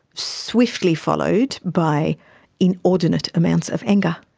swiftly followed by inordinate amounts of anger.